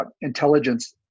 intelligence